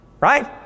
right